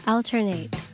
Alternate